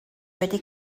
wedi